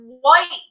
white